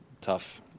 tough